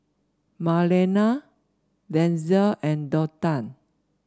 Marlena Denzel and Donta